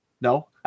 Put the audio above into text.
No